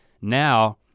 now